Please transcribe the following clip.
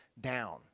down